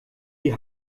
die